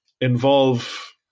involve